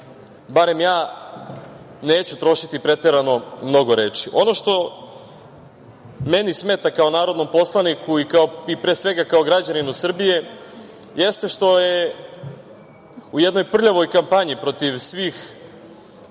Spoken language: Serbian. barem ja neću trošiti preterano mnogo reči. Ono što meni smeta kao narodnom poslaniku i, pre svega, kao građaninu Srbije, jeste što je u jednoj prljavoj kampanji protiv svih